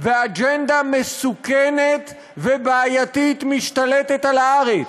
ואג'נדה מסוכנת ובעייתית משתלטת על הארץ.